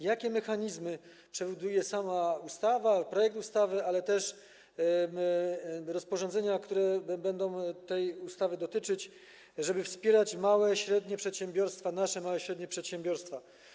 Jakie mechanizmy przewiduje projekt ustawy, ale też rozporządzeń, które będą tej ustawy dotyczyć, żeby wspierać małe i średnie przedsiębiorstwa, nasze małe i średnie przedsiębiorstwa?